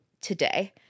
today